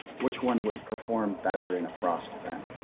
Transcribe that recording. which one would perform better in a frost event?